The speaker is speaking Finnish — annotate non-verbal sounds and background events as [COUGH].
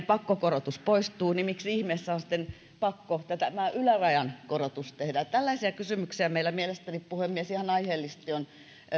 [UNINTELLIGIBLE] pakkokorotus poistuu miksi ihmeessä on sitten pakko tämä ylärajan korotus tehdä tällaisia kysymyksiä meillä mielestäni puhemies ihan aiheellisesti on